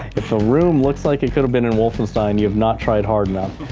if the room looks like it could have been in wolfenstein, you have not tried hard enough.